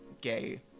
gay